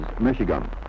Michigan